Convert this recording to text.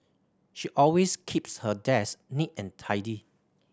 she always keeps her desk neat and tidy